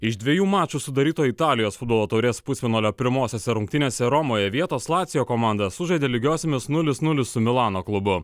iš dviejų mačų sudaryto italijos futbolo taurės pusfinalio pirmosiose rungtynėse romoje vietos lacijo komanda sužaidė lygiosiomis nulis nulis su milano klubu